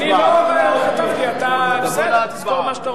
מי שאל אותך בכלל?